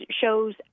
shows